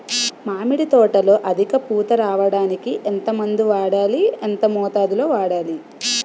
మామిడి తోటలో అధిక పూత రావడానికి ఎంత మందు వాడాలి? ఎంత మోతాదు లో వాడాలి?